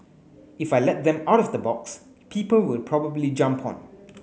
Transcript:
if I let them out of the box people will probably jump on